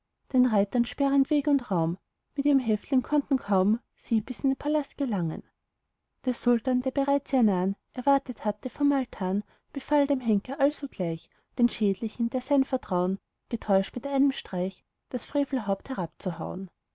den reitern sperrend weg und raum mit ihrem häftling konnten kaum sie bis in den palast gelangen der sultan der bereits ihr nah'n erwartet hatte vom altan befahl dem henker alsogleich dem schändlichen der sein vertrauen getäuscht mit einem scharfen streich das